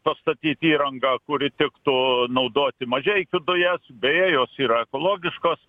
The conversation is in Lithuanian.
pastatyt įrangą kuri tiktų naudoti mažeikių dujas beje jos yra ekologiškos